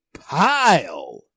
pile